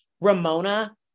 Ramona